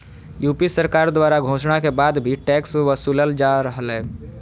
UP सरकार द्वारा घोषणा के बाद भी टैक्स वसूलल जा रहलय